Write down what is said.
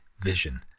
vision